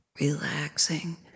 Relaxing